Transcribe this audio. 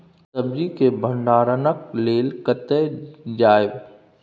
सब्जी के भंडारणक लेल कतय जायब?